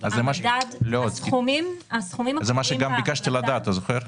את זה ביקשתי לדעת.